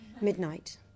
Midnight